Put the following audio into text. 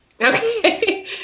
Okay